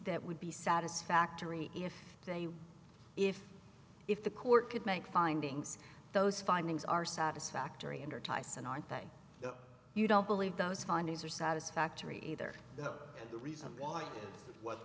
that would be satisfactory if they were if if the court could make findings those findings are satisfactory under thyssen aren't that you don't believe those findings are satisfactory either and the reason why what